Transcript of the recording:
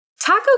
Taco